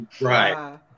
Right